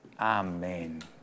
Amen